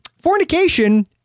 fornication